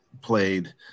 played